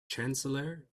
chancellor